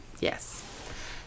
Yes